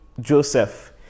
joseph